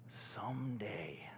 someday